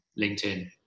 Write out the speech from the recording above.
LinkedIn